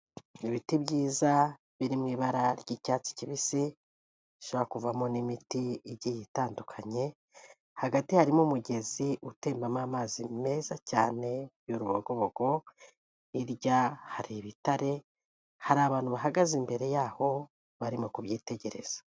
Ibiti byiza biri mu ibara ry'icyatsi kibisi, bishobora kuvamo n'imiti igiye itandukanye, hagati harimo umugezi utembamo amazi meza cyane y'urubogobogo, hirya hari ibitare, hari abantu bahagaze imbere yaho barimo kubyitegereza.